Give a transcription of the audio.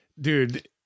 Dude